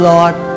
Lord